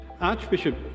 Archbishop